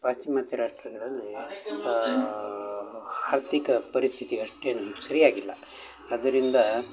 ಪಾಶ್ಚಿಮಾತ್ಯ ರಾಷ್ಟ್ರಗಳಲ್ಲೀ ಆರ್ಥಿಕ ಪರಿಸ್ಥಿತಿ ಅಷ್ಟೇನು ಸರಿಯಾಗಿಲ್ಲ ಅದರಿಂದ